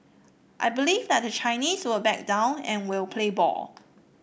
I believe that the Chinese will back down and will play ball